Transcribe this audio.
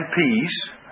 peace